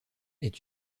est